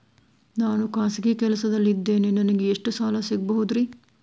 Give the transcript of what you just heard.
ನಾನು ಖಾಸಗಿ ಕೆಲಸದಲ್ಲಿದ್ದೇನೆ ನನಗೆ ಎಷ್ಟು ಸಾಲ ಸಿಗಬಹುದ್ರಿ?